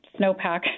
snowpack